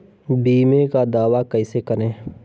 बीमे का दावा कैसे करें?